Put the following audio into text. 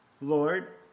Lord